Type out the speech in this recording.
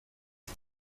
die